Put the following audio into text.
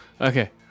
Okay